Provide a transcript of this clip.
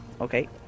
Okay